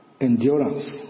Endurance